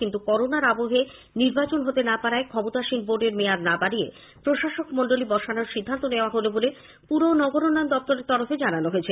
কিন্তু করোনার আবহে নির্বাচন হতে না পারায় ক্ষমতাসীন বোর্ডের মায়াদ না বাড়িয়ে প্রশাসকমণ্ডলী বসানোর সিদ্ধান্ত নেওয়া হল বলে পুর ও নগরোন্নয়ণ দপ্তরের তরফে জানানো হয়েছে